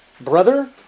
brother